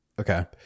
Okay